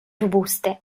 robuste